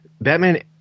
batman